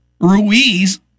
Ruiz